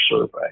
survey